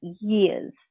years